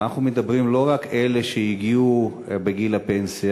ואנחנו מדברים לא רק על אלה שהגיעו בגיל הפנסיה,